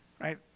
right